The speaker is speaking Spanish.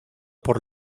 por